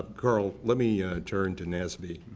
karl let me turn to nsbe.